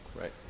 right